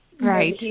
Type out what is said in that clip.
Right